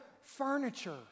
furniture